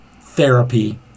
therapy